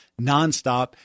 nonstop